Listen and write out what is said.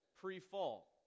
pre-fall